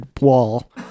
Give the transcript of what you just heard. wall